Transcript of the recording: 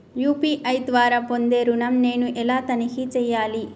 UPI ద్వారా పొందే ఋణం నేను ఎలా తనిఖీ చేయాలి?